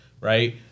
right